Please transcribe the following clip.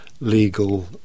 legal